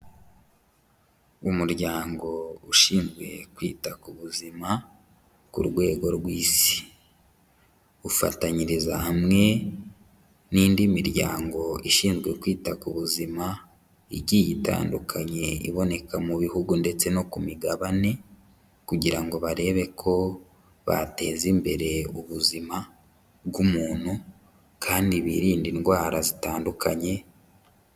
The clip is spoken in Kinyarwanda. Umuryango ushinzwe kwita ku buzima ku rwego rw'Isi. Ufatanyiriza hamwe n'indi miryango ishinzwe kwita ku buzima, igiye itandukanye iboneka mu bihugu ndetse no ku migabane, kugira ngo barebe ko bateza imbere ubuzima bw'umuntu, kandi birinde indwara zitandukanye...